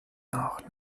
auch